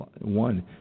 one